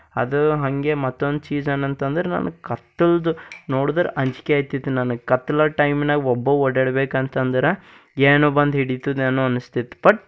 ಅದು ಹಂಗೆ ಮತ್ತೊಂದು ಚೀಸ್ ಏನಂತಂದರೆ ನನಗೆ ಕತ್ತಲದ ನೋಡ್ದರೆ ಅಂಜಿಕೆ ಆಯ್ತಿತ್ತು ನನಗೆ ಕತ್ತಲ ಟೈಮಿನಾಗೆ ಒಬ್ಬ ಓಡ್ಯಾಡಬೇಕಂತದರ ಏನೋ ಬಂದು ಹಿಡಿತದೇನೋ ಅನಿಸ್ತಿತ್ತು ಬಟ್